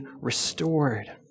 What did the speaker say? restored